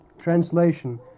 Translation